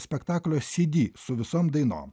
spektaklio si dy su visom dainom